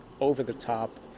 over-the-top